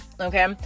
Okay